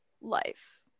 life